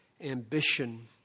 ambition